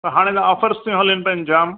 त हाणे त ऑफर्स बि हलनि पेयूं जाम